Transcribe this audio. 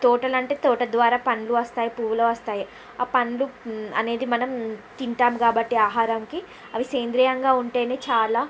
తోటలంటే తోటద్వారా పండ్లు వస్తాయి పూవులు వస్తాయి ఆ పండ్లు అనేది మనం తింటాం కాబట్టి ఆహారంకి అవి సేంద్రీయంగా ఉంటేనే చాలా